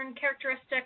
characteristics